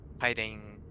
hiding